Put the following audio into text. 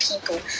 people